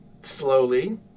slowly